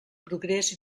progrés